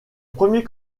premier